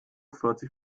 vierzig